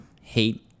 hate